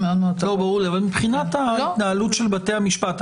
ברור אבל מבחינת התנהלות בתי המשפט,